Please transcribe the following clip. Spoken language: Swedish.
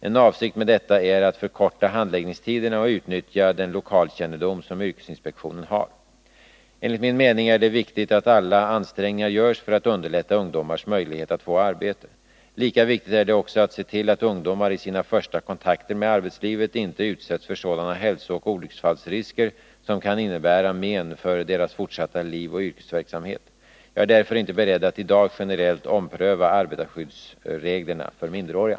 En avsikt med detta är att förkorta handläggningstiderna och utnyttja den lokalkännedom som yrkesinspektionen har. Enligt min mening är det viktigt att alla ansträngningar görs för att underlätta ungdomars möjlighet att få arbete. Lika viktigt är det också att se tillatt ungdomar i sina första kontakter med arbetslivet inte utsätts för sådana hälsooch olycksfallsrisker som kan innebära men för deras fortsatta liv och yrkesverksamhet. Jag är därför inte beredd att i dag generellt ompröva arbetarsskyddsreglerna för minderåriga.